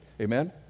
Amen